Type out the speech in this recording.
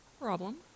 Problem